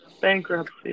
bankruptcy